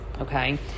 Okay